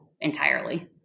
entirely